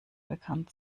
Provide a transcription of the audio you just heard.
bekannt